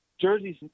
jerseys